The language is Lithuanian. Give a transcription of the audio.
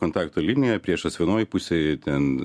kontakto linija priešas vienoj pusėj ten